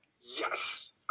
Yes